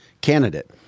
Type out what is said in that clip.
candidate